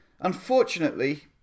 Unfortunately